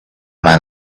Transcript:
man